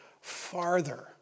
farther